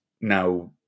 now